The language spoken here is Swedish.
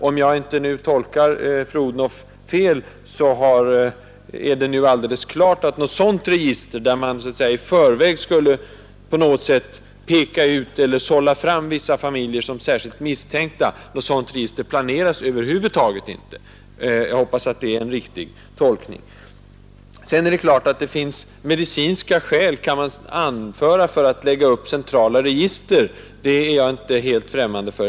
Om jag inte tolkar fru Odhnoff fel, så är det ju alldeles klart att det över huvud taget inte planeras något register, med vars hjälp man i förväg skulle peka ut eller sålla fram vissa familjer som särskilt misstänkta. Jag hoppas att det är en riktig tolkning. Sedan är det klart att det kan anföras medicinska skäl för att lägga upp centrala register. Den tanken är jag inte alls främmande för.